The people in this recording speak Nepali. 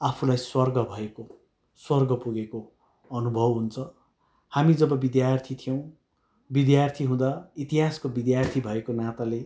आफूलाई स्वर्ग भएको स्वर्ग पुगेको अनुभव हुन्छ हामी जब विद्यार्थी थियौँ विद्यार्थी हुँदा इतिहासको विद्यार्थी भएको नाताले